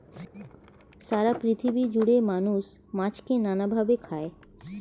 সারা পৃথিবী জুড়ে মানুষ মাছকে নানা ভাবে খায়